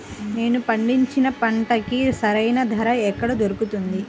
నేను పండించిన పంటకి సరైన ధర ఎక్కడ దొరుకుతుంది?